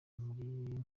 muri